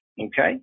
Okay